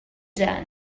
done